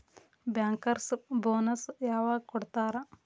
Bankers bonus ಯವಾಗ್ ಕೊಡ್ತಾರ?